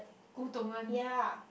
Gudong one